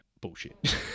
Bullshit